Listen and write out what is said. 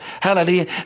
hallelujah